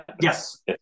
Yes